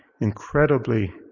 incredibly